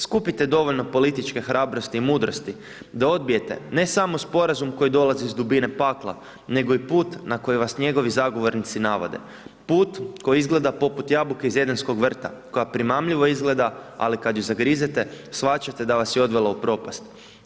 Skupite dovoljno političke hrabrosti i mudrosti, da odbijete ne samo sporazum koji dolazi iz dubine pakla, nego i put na koji vas njegovi zagovornici navode, put koji izgleda poput jabuke iz edenskog vrta, koja primamljivo izgleda, ali kada ju zagrizete, shvaćate da vas je odvela u propast.